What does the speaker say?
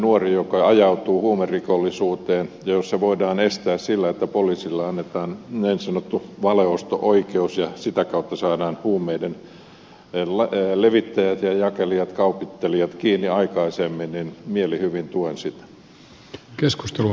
jos nuoren ajautuminen huumerikollisuuteen voidaan estää sillä että poliisille annetaan niin sanottu valeosto oikeus ja sitä kautta saadaan huumeiden levittäjät ja jakelijat kaupittelijat kiinni aikaisemmin niin mielihyvin tuen sitä